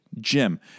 Jim